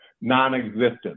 non-existent